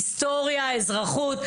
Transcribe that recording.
היסטוריה ואזרחות.